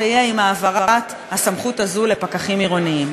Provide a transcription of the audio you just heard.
יהיה עם העברת הסמכות הזו לפקחים עירוניים.